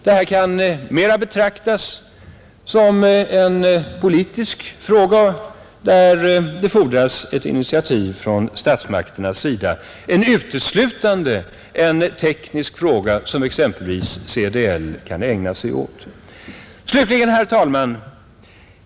Det här kan mera betraktas som en samhällsfråga, där det fordras ett initiativ från statsmakternas sida, än uteslutande en teknisk fråga som exempelvis CDL kan ägna sig åt. Herr talman!